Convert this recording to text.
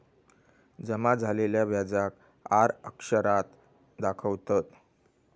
जमा झालेल्या व्याजाक आर अक्षरात दाखवतत